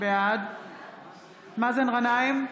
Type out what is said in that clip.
בעד מאזן גנאים,